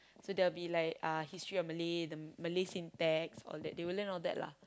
so there'll be like uh history or Malay the Malay syntax all that they will learn all that lah